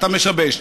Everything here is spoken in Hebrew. אתה משבש.